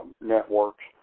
Networks